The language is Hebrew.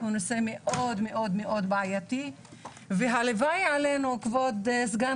הוא נושא מאוד מאוד בעייתי והלוואי עלינו כבוד סגן